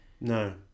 No